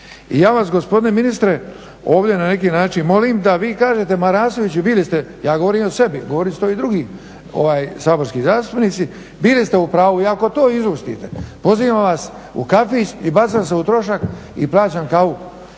I ja vas gospodine ministre ovdje na neki način molim da vi kažete Marosoviću, bili ste, ja govorim o sebi, govorit će to i drugi saborski zastupnici, bili ste u pravu iako to izustite pozivam vas u kafić i bacam se u trošak i plaćam kavu